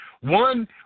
One